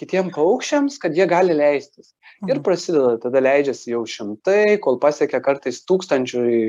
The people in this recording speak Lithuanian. kitiem paukščiams kad jie gali leistis ir prasideda tada leidžiasi jau šimtai kol pasiekia kartais tūkstančiui